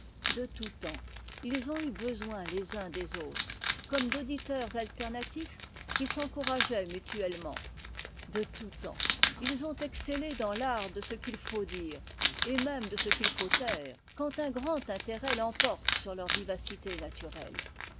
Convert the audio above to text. de tout temps ils ont eu besoin les uns des autres comme d'auditeurs alternatifs qui s'encourageaient mutuellement de tout temps ils ont excellé dans l'art de ce qu'il faut dire et même de ce qu'il faut taire quand un grand intérêt l'emporte sur leur vivacité naturelle